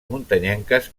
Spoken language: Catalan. muntanyenques